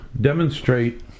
demonstrate